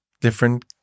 different